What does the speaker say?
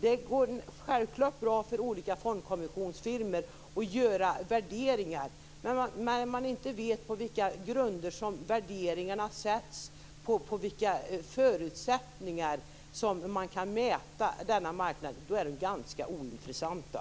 Det går självklart bra för olika fondkommissionsfirmor att göra värderingar. Men när man inte vet vilka grunder värderingarna görs på och under vilka förutsättningar man kan mäta den här marknaden, är dessa värderingar ganska ointressanta.